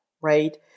right